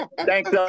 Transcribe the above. thanks